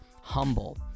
humble